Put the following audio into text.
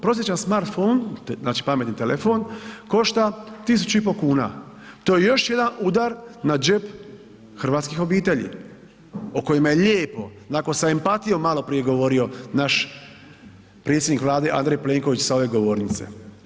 Prosječan smartphone, znači pametni telefon košta 1500 kn, to je još jedan udar na džep hrvatskih obitelji o kojima je lijepo, onako sam empatijom maloprije govorio naš predsjednik Andrej Plenković sa ove govornice.